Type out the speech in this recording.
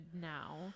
now